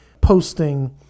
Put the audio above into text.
posting